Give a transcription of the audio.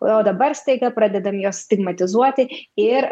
o dabar staiga pradedam juos stigmatizuoti ir